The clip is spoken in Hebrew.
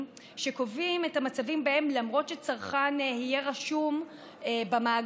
שקובעים את המצבים שבהם למרות שצרכן יהיה רשום במאגר,